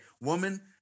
woman